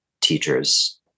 teachers